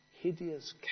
hideous